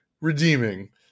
redeeming